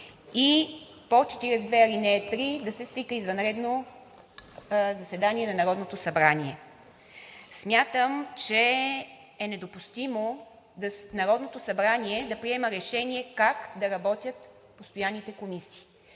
и по чл. 42, ал. 3 да се свика извънредно заседание на Народното събрание. Смятам, че е недопустимо Народното събрание да приема решение как да работят постоянните комисии.